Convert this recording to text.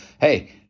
hey